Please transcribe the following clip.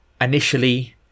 initially